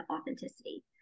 authenticity